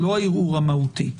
לא הערעור המהותי.